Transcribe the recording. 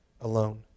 alone